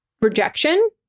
rejection